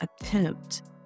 attempt